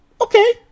okay